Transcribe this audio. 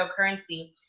cryptocurrency